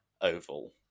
oval